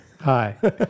Hi